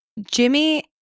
Jimmy